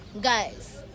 guys